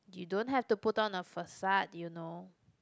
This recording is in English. you don't have to put on a facade you know